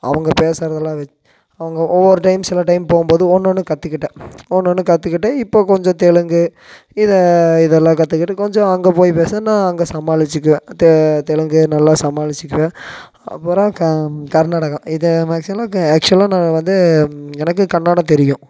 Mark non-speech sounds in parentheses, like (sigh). அவங்க பேசுகிறதெல்லாம் வச் அவங்க ஒவ்வொரு டைம் சில டைம் போகும் போது ஒன்றொன்னு கத்துக்கிட்டேன் ஒன்றொன்னு கத்துக்கிட்டு இப்போ கொஞ்சம் தெலுங்கு இத இதெல்லாம் கற்றுக்கிட்டு கொஞ்சம் அங்கே போய் பேச நான் அங்கே சமாளிச்சிக்குவேன் தெ தெலுங்கு நல்லா சமாளிச்சிக்குவேன் அப்புறம் கர் கர்நாடக இதை (unintelligible) அளவுக்கு ஆக்ஸ்வலாக நான் வந்து எனக்கு கன்னடம் தெரியும்